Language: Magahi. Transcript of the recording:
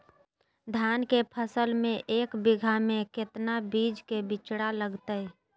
धान के फसल में एक बीघा में कितना बीज के बिचड़ा लगतय?